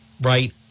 Right